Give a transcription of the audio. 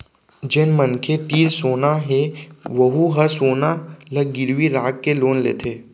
जेन मनखे तीर सोना हे वहूँ ह सोना ल गिरवी राखके लोन लेथे